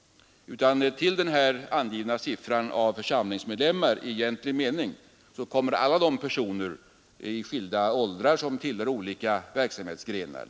Till den angivna siffran av församlingsmedlemmar i egentlig mening kommer alla de personer i skilda åldrar som tillhör olika verksamhetsgrenar.